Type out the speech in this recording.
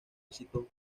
visitó